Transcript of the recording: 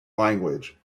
language